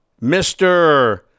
Mr